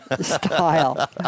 style